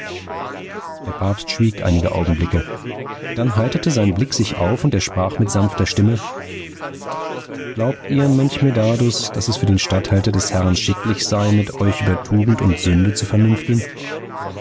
der papst schwieg einige augenblicke dann heiterte sein blick sich auf und er sprach mit sanfter stimme glaubt ihr mönch medardus daß es für den statthalter des herrn schicklich sei mit euch über tugend und sünde zu vernünfteln